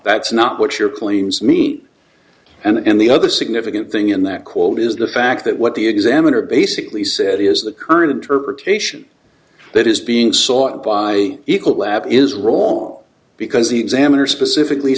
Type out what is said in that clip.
that's not what your claims mean and the other significant thing in that quote is the fact that what the examiner basically said is the current interpretation that is being sought by ecolab is wrong because the examiner specifically